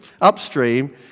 upstream